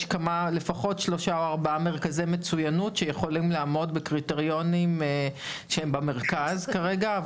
יש לפחות 3-4 מרכזי מצוינות שיכולים לעמוד בקריטריונים שהם במרכז כרגע,